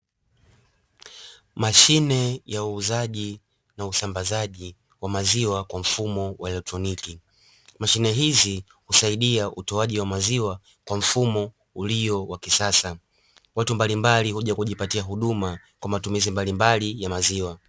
Mashine ya uuzaji na usambazaji wa maziwa kwa mfumo wa kielektroniki. Mashine hizi husaidia utoaji wa maziwa kwa mfumo ulio wa kisasa. Watu mbalimbali huja kujipatia huduma kwa matumizi mbalimbali ya maziwa.